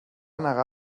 negar